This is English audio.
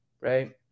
right